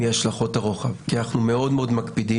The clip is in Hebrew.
מהשלכות הרוחב, כי אנחנו מאוד מאוד מקפידים.